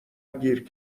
گیر